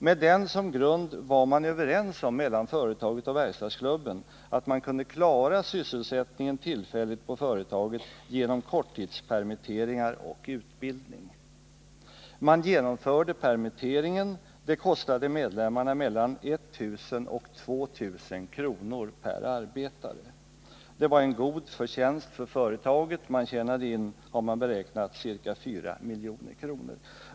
Med den som grund var företaget och verkstadsklubben överens om att man tillfälligt kunde klara sysselsättningen på företaget genom korttidspermitteringar och utbildning. Permitteringarna genomfördes, och det kostade medlemmarna mellan 1000 och 2 000 kr. per arbetare. Det innebar en god förtjänst för företaget — det tjänade enligt beräkningar ca 4 milj.kr.